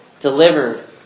delivered